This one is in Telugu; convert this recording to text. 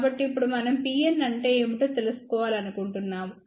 కాబట్టి ఇప్పుడు మనం Pnఅంటే ఏమిటో తెలుసుకోవాలనుకుంటున్నాము